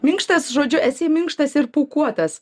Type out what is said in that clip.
minkštas žodžiu esi minkštas ir pūkuotas